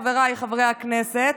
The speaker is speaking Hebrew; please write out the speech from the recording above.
חבריי חברי הכנסת,